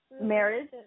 Marriage